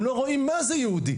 הם לא רואים מה זה יהודי.